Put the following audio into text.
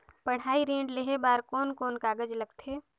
पढ़ाई ऋण लेहे बार कोन कोन कागज लगथे?